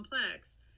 complex